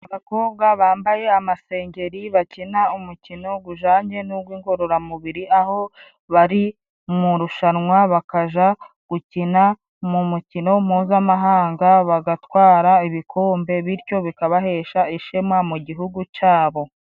Abakobwa bambaye amasengeri bakina umukino gujanye n'ugw'ingorororamubiri aho bari mu irushanwa bakaja gukina mu mukino mpuzamahanga bagatwara ibikombe bityo bikabahesha ishema mu gihugu cabo.